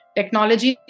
Technology